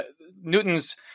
Newton's